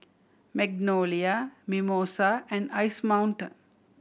Magnolia Mimosa and Ice Mountain